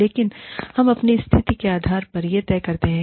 लेकिन हम अपनी स्थिति के आधार पर यह तय करते हैं